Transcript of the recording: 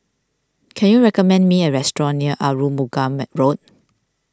can you recommend me a restaurant near Arumugam Road